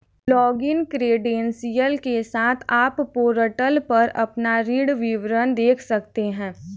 login credential के साथ, आप पोर्टल पर अपना ऋण विवरण देख सकते हैं